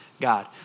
God